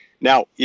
Now